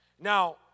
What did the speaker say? Now